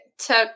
took